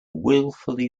wilfully